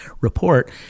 report